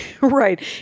right